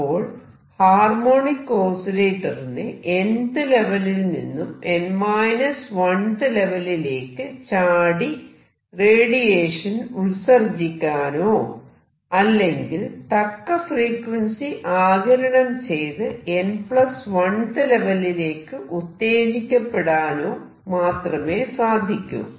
അപ്പോൾ ഹാർമോണിക് ഓസിലേറ്ററിന് nth ലെവലിൽ നിന്നും th ലെവലിലേക്ക് ചാടി റേഡിയേഷൻ ഉത്സർജിക്കാനോ അല്ലെങ്കിൽ തക്ക ഫ്രീക്വൻസി ആഗിരണം ചെയ്ത് n1 th ലെവലിലേക്ക് ഉത്തേജിക്കപ്പെടാനോ മാത്രമേ സാധിക്കൂ